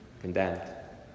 condemned